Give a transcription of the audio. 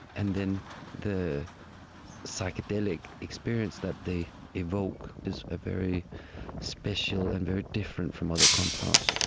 and then the psychedelic experience that they evoke is ah very special and very different from other compounds.